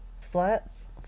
Flats